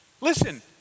Listen